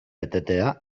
etetea